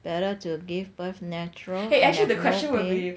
better to give birth natural and have no pain